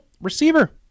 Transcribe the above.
receiver